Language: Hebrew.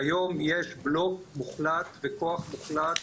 כיום יש בלוק מוחלט וכוח מוחלט